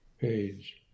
page